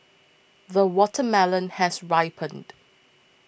the watermelon has ripened